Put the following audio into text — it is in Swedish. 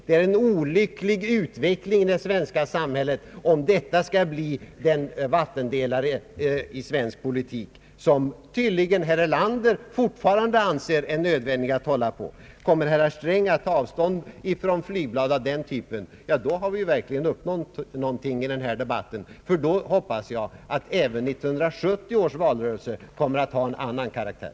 Det är en olycklig utveckling i det svenska samhället om detta skall bli den vattendelare i svensk politik som herr Erlander tydligen fortfarande anser vara nödvändig att hålla på. Kommer herr Sträng att ta avstånd från flygblad av den typen, då har vi verkligen uppnått något i denna debatt. Då hoppas jag att 1970 års valrörelse kommer att få en annan karaktär.